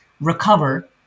recover